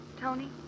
Tony